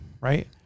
Right